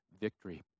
victory